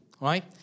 right